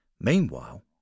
Meanwhile